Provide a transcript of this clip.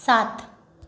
सात